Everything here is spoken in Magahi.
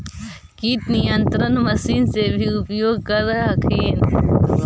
किट नियन्त्रण मशिन से भी उपयोग कर हखिन?